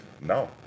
now